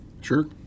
Sure